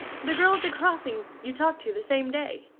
the girl at the crossing you talked to the same day.